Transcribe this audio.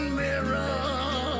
mirror